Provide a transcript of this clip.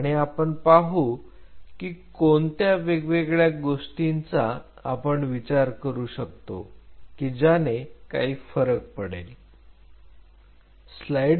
आणि आपण पाहू की कोणत्या वेगवेगळ्या गोष्टींचा आपण विचार करू शकतो की ज्याने काही फरक पडेल